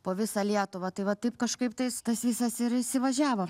po visą lietuvą tai va taip kažkaip tais tas visas ir įsivažiavo